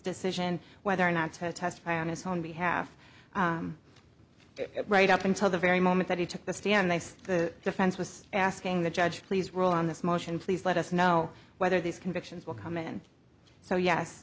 decision whether or not to testify on his own behalf right up until the very moment that he took the stand they said the defense was asking the judge please rule on this motion please let us know whether these convictions will come in so yes